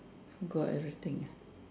forgot everything ah